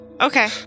okay